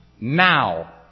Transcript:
now